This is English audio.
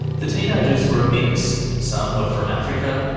the teenagers were a mix some were from africa,